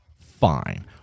fine